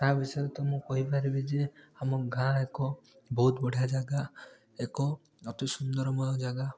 ତା' ବିଷୟରେ ତ ମୁଁ କହିପାରିବି ଯେ ଆମ ଗାଁ ଏକ ବହୁତ ବଢ଼ିଆ ଜାଗା ଏକ ଅତି ସୁନ୍ଦରମୟ ଜାଗା